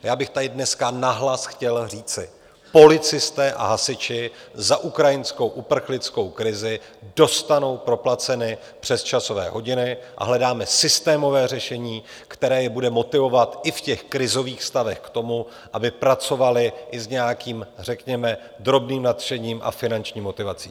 Já bych tady dneska nahlas chtěl říci: policisté a hasiči za ukrajinskou uprchlickou krizi dostanou proplaceny přesčasové hodiny a hledáme systémové řešení, které je bude motivovat i v těch krizových stavech k tomu, aby pracovali i s nějakým řekněme drobným nadšením a finanční motivací.